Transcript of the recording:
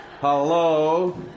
Hello